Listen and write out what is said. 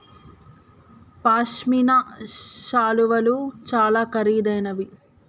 పశ్మిన శాలువాలు చాలా ఖరీదైనవి